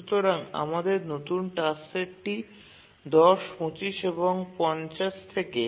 সুতরাং আমাদের নতুন টাস্ক সেটটি ১০ ২৫ এবং ৫০ থেকে